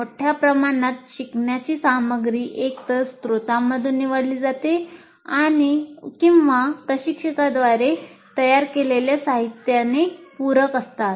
मोठ्या प्रमाणात शिकण्याची सामग्री एकतर स्त्रोतामधून निवडली जाते आणि किंवा प्रशिक्षकाद्वारे तयार केलेल्या साहित्याने पूरक असतात